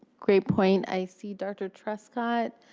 great point. i see dr. trescot.